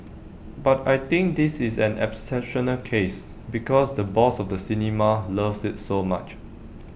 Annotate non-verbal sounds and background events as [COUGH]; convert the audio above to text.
[NOISE] but I think this is an exceptional case [NOISE] because the boss of the cinema loves IT so much